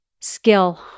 skill